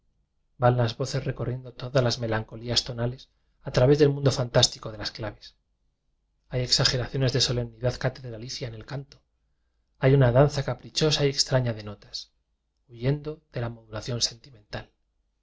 van las voces recorriendo todas las melancolías tonales a través del mundo fantástico de las claves hay exageraciones de solemnidad catedra licia en el canto hay una danza capricho sa y extraña de notas huyendo de la mo dulación sentimental